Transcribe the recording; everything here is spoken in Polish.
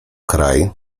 kraj